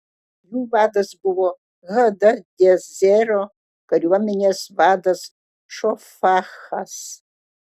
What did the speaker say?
jų vadas buvo hadadezero kariuomenės vadas šofachas